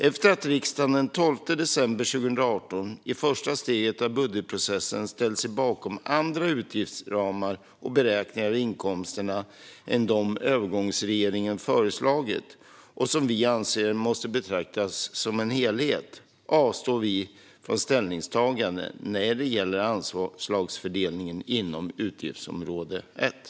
Efter det att riksdagen den 12 december 2018 i första steget av budgetprocessen ställt sig bakom andra utgiftsramar och beräkningar av inkomsterna än dem övergångsregeringen föreslagit, och som vi anser måste betraktas som en helhet, avstår vi från ställningstagande när det gäller anslagsfördelningen inom utgiftsområde 1.